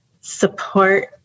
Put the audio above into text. support